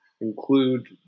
include